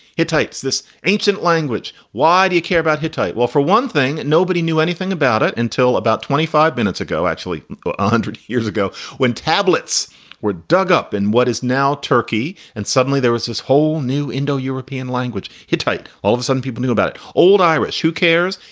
hittites, this ancient language. why do you care about hittite? well, for one thing, nobody knew anything about it until about twenty five minutes ago, actually. a hundred years ago when tablets were dug up in what is now turkey. and suddenly there was this whole new indo-european language, hittite. all of a sudden, people knew about it. old irish. who cares?